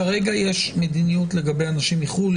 כרגע יש מדיניות לגבי אנשים מחו"ל.